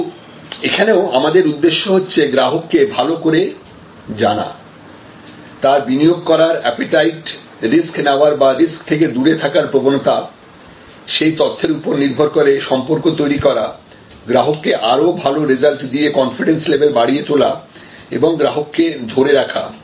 কিন্তু এখানেও আমাদের উদ্দেশ্য হচ্ছে গ্রাহককে ভালো করে জানা তার বিনিয়োগ করার অ্যাপেটাইট রিস্ক নেওয়ার বা রিস্ক থেকে দূরে থাকার প্রবণতা সেই তথ্যের উপর নির্ভর করে সম্পর্ক তৈরি করা গ্রাহককে আরো ভালো রেজাল্ট দিয়ে কনফিডেন্স লেভেল বাড়িয়ে তোলা এবং গ্রাহককে ধরে রাখা